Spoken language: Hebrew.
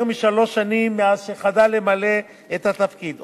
משלוש השנים מאז שחדל למלא את התפקיד.